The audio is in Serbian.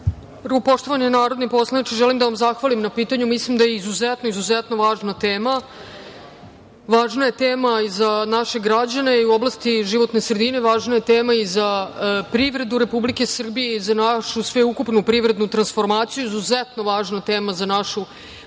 vam. Poštovani narodni poslaniče želim da vam zahvalim na pitanju. Mislim da je izuzetno važna tema. Važna je tema i za naše građane i u oblasti životne sredine, važna je tema i za privredu Republike Srbije i za našu sveukupnu privrednu transformaciju. Izuzetno važna tema za našu